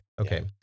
Okay